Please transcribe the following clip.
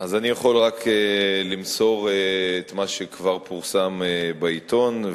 אז אני יכול רק למסור את מה שכבר פורסם בעיתון,